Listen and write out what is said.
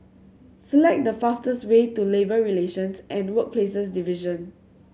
select the fastest way to Labour Relations and Workplaces Division